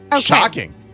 shocking